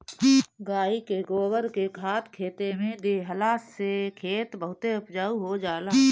गाई के गोबर के खाद खेते में देहला से खेत बहुते उपजाऊ हो जाला